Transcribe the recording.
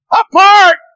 apart